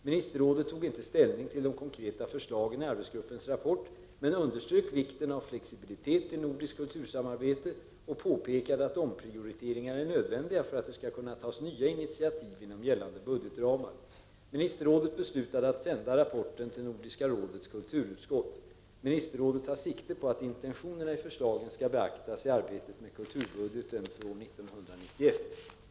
Ministerrådet tog inte ställning till de konkreta förslagen i arbetsgruppens rapport men underströk vikten av flexibilitet i det nordiska kultursamarbetet och påpekade att omprioriteringar är nödvändiga för att det skall kunna tas nya initiativ inom gällande budgetramar. Ministerrådet beslutade att sända rapporten till Nordiska rådets kulturutskott. Ministerrådet tar sikte på att intentionerna i förslagen skall beaktas i arbetet med kulturbudgeten för år 1991.